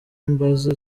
mbaza